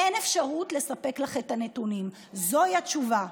"אין אפשרות לספק לך את הנתונים" זוהי התשובה.